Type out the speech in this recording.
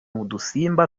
udusimba